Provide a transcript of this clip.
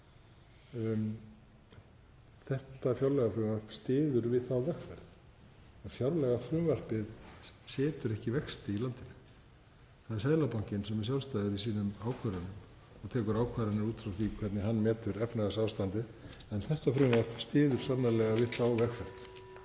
Þetta fjárlagafrumvarp styður við þá vegferð en fjárlagafrumvarpið setur ekki vexti í landinu. Það er Seðlabankinn sem er sjálfstæður í sínum ákvörðunum og tekur ákvarðanir út frá því hvernig hann metur efnahagsástandið. En þetta frumvarp styður sannarlega við þá vegferð